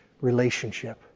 relationship